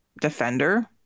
Defender